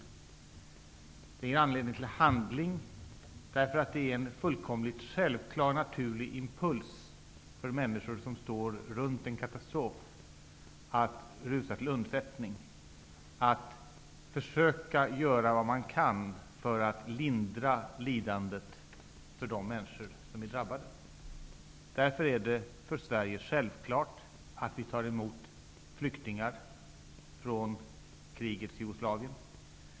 Det ger anledning till handling därför att det är en fullkomligt självklar och naturlig impuls för människor som står runt en katastrof att rusa till undsättning och försöka göra vad man kan för att lindra lidandet för de människor som är drabbade. Det är därför självklart för Sverige att vi tar emot flyktingar från krigets Jugoslavien.